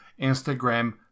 instagram